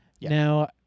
Now